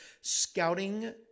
Scouting